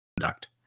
Conduct